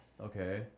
Okay